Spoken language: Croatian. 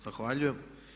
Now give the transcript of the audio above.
Zahvaljujem.